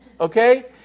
Okay